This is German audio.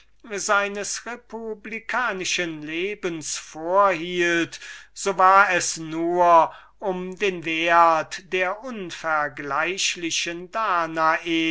seines republikanischen lebens vorhielt so war es nur um den wert der unvergleichlichen danae